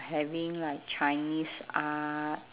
having like chinese art